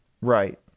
Right